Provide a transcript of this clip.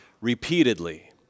repeatedly